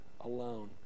alone